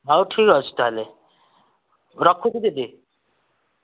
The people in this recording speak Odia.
ହଉ ଠିକ୍ ଅଛି ତା'ହେଲେ ରଖୁଛି ଦିଦି